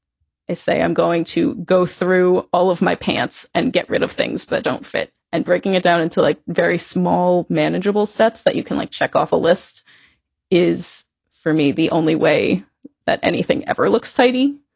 i say i'm going to go through all of my pants and get rid of things that don't fit. and breaking it down until, like, very small, manageable steps that you can like check off a list is for me the only way that anything ever looks tidy.